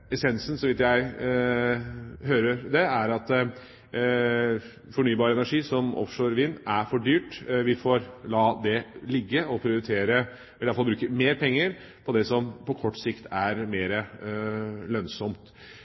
Essensen er, så vidt jeg kan høre, at fornybar energi – som offshorevind – er for dyrt, vi får la det ligge og prioritere eller i alle fall bruke mer penger på det som på kort sikt er lønnsomt.